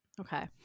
Okay